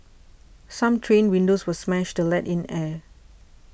some train windows were smashed to let in air